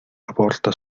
aporta